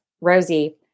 Rosie